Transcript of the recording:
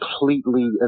completely